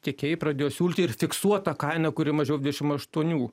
tiekėjai pradėjo siūlyti ir fiksuotą kainą kuri mažiau dvidešim aštuonių